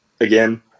again